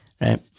Right